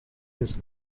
his